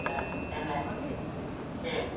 ᱦᱮᱸ ᱮᱱᱮᱡ ᱠᱷᱮᱞ